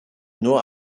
nur